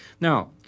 Now